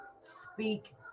speak